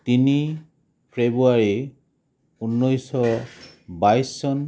তিনি ফেব্ৰুৱাৰী ঊনৈছশ বাইছ চন